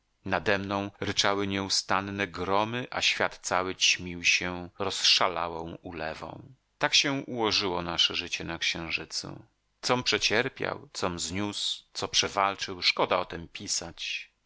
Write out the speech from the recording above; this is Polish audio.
nademną ryczały nieustanne gromy a świat cały ćmił się rozszalałą ulewą tak się ułożyło nasze życie na księżycu com przecierpiał com zniósł co przewalczył szkoda o tem pisać